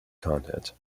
content